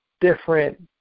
different